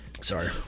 sorry